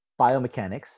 biomechanics